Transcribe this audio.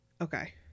Okay